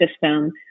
system